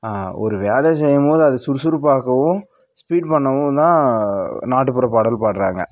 ஒரு வேலையை செய்யும்போது அத சுறுசுறுப்பாக ஆக்கவும் ஸ்பீட் பண்ணவும் தான் நாட்டுப்புற பாடல் பாடுறாங்க